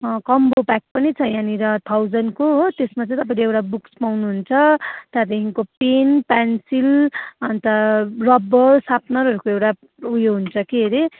combo pack पनि छ यहाँनिर थाउजन्डको हो त्यसमा चाहिँ तपाईँले एउटा बुक्स पाउनुहुन्छ त्यहाँदेखिको पेन पेन्सिल अन्त रबर सार्पनरहरूको एउटा उयो हुन्छ के अरे